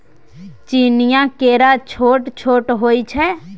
चीनीया केरा छोट छोट होइ छै